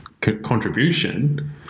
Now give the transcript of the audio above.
contribution